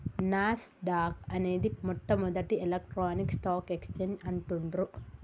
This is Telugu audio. నాస్ డాక్ అనేది మొట్టమొదటి ఎలక్ట్రానిక్ స్టాక్ ఎక్స్చేంజ్ అంటుండ్రు